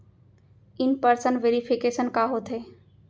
In person verification का होथे?